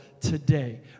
today